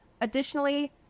Additionally